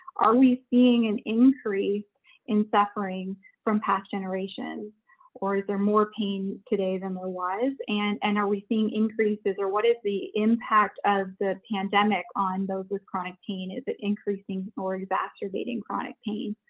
are we seeing an increase in suffering from past generations or is there more pain today than there was? and and are we seeing increases or what is the impact of the pandemic on those with chronic pain? is it increasing or exacerbating chronic pain?